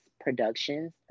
Productions